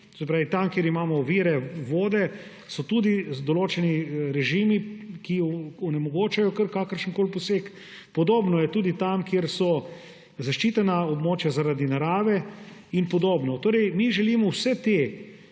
Tam, kjer imamo vire vode, so tudi določeni režimi, ki onemogočajo kar kakršenkoli poseg. Podobno je tudi tam, kjer so zaščitena območja zaradi narave in podobno. Mi želimo vse te